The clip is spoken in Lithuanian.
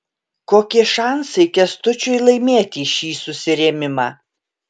kokie šansai kęstučiui laimėti šį susirėmimą